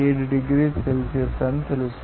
7 డిగ్రీల సెల్సియస్ అని తెలుసు